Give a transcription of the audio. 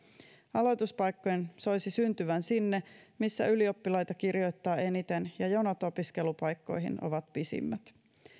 aloituspaikkojen soisi syntyvän sinne missä ylioppilaita kirjoittaa eniten ja jonot opiskelupaikkoihin ovat pisimmät